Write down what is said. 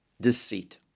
deceit